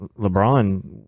lebron